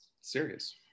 serious